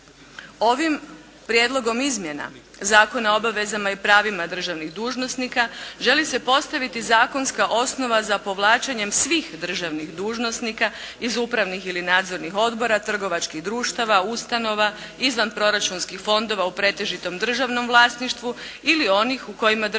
Ovim prijedlogom izmjena Zakona o obavezama i pravima državnih dužnosnika želi se postaviti zakonska osnova za povlačenjem svih državnih dužnosnika iz upravnih ili nadzornih odbora, trgovačkih društava, ustanova, izvanproračunskih fondova u pretežito državnom vlasništvu ili onih u kojima država